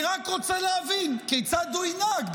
אני רק רוצה להבין כיצד הוא ינהג.